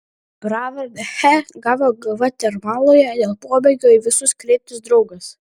pravardę che gavo gvatemaloje dėl pomėgio į visus kreiptis draugas